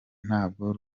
ntabwo